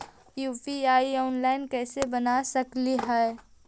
UPI online कैसे बना सकली हे?